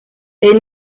est